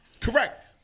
Correct